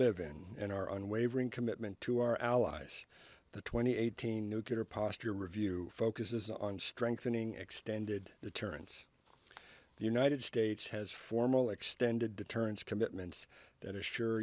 live in and our unwavering commitment to our allies the twenty eighteen nuclear posture review focuses on strengthening extended the turns the united states has formal extended deterrence commitments that assure